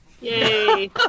Yay